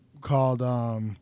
Called